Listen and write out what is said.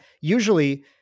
usually